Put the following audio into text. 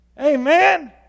Amen